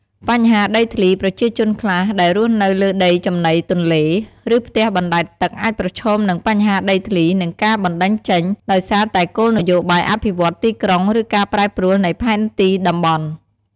បញ្ហាដីធ្លី ប្រជាជនខ្លះដែលរស់នៅលើដីចំណីទន្លេ ឬផ្ទះបណ្ដែតទឹកអាចប្រឈមនឹង បញ្ហាដីធ្លី និងការបណ្ដេញចេញ ដោយសារតែគោលនយោបាយអភិវឌ្ឍន៍ទីក្រុង ឬការប្រែប្រួលនៃផែនទីតំបន់។